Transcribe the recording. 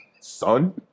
son